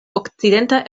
okcidenta